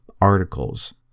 articles